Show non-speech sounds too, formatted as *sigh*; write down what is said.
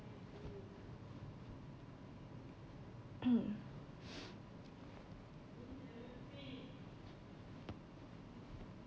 *coughs* *laughs*